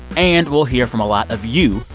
and we'll hear from a lot of you,